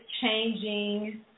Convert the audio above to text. changing